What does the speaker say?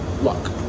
luck